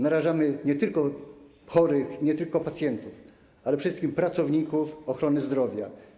Narażamy nie tylko chorych, nie tylko pacjentów, ale przede wszystkim pracowników ochrony zdrowia.